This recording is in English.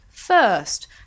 First